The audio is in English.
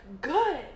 Good